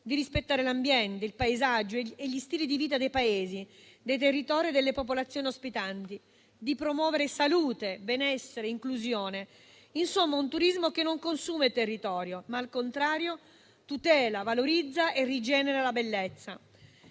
di rispettare l'ambiente, il paesaggio e gli stili di vita dei Paesi, dei territori e delle popolazioni ospitanti; di promuovere salute, benessere e inclusione: insomma, un turismo che non consuma il territorio, ma, al contrario, tutela, valorizza e rigenera la bellezza.